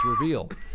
revealed